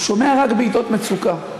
הוא שומע רק בעתות מצוקה.